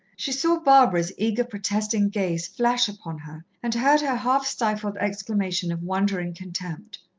she saw barbara's eager, protesting gaze flash upon her, and heard her half-stifled exclamation of wondering contempt.